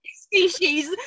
Species